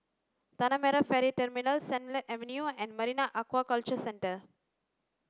Tanah Merah Ferry Terminal Sennett Avenue and Marine Aquaculture Centre